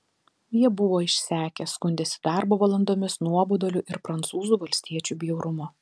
jie buvo išsekę skundėsi darbo valandomis nuoboduliu ir prancūzų valstiečių bjaurumu